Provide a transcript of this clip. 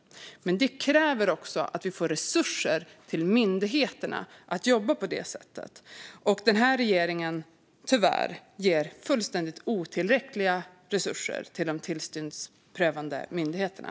Men det kräver också att vi får resurser till myndigheterna så att de kan jobba på detta sätt. Tyvärr ger denna regering helt otillräckliga resurser till de tillsynsprövande myndigheterna.